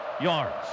yards